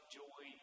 joy